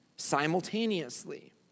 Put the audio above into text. simultaneously